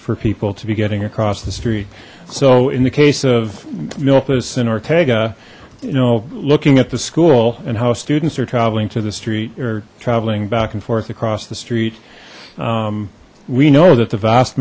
for people to be getting across the street so in the case of milpas and ortega you know looking at the school and how students are traveling to the street or traveling back and forth across the street we know that the vast